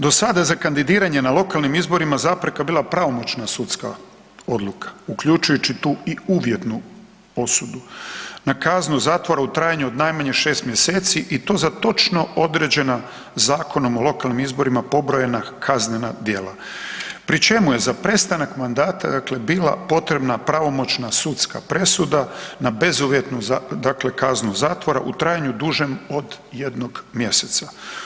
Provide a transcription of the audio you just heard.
Do sada, za kandidiranje na lokalnim izborima zapreka bila pravomoćna sudska odluka, uključujući tu i uvjetnu osudu, na kaznu zatvora u trajanju od najmanje 6 mjeseci i to za točno određena Zakonom o lokalnim izborima pobrojena kaznena djela, pri čemu je za prestanak mandata dakle bila potrebna pravomoćna sudska presuda na bezuvjetnu dakle kaznu zatvora u trajanju dužem od jednog mjeseca.